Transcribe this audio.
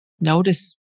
notice